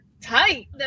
tight